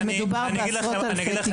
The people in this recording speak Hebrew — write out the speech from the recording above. ומדובר בעשרות אלפי תיקים.